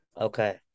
Okay